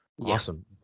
Awesome